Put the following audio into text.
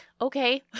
Okay